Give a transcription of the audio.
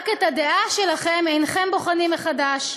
רק את הדעה שלכם אינכם בוחנים מחדש.